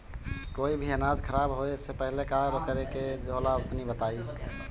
कोई भी अनाज खराब होए से पहले का करेके होला तनी बताई?